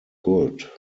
good